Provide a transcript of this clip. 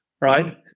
right